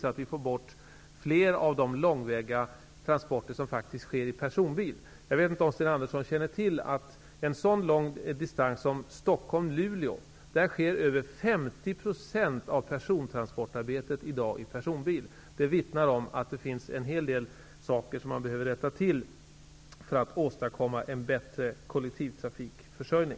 Vi måste få bort fler av de långväga transporter som faktiskt sker i personbil. Jag vet inte om Sten Andersson känner till att på en så lång distans som Stockholm--Luleå sker över 50 % av persontransportarbetet i dag med personbil. Det vittnar om att det finns en hel del saker som man behöver rätta till för att åstadkomma en bättre kollektivtrafikförsörjning.